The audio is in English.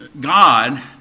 God